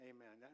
Amen